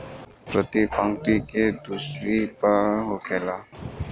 प्रति पंक्ति के दूरी का होखे?